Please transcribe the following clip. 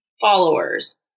followers